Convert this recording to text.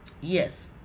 Yes